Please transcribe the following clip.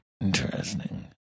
Interesting